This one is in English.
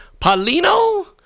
Paulino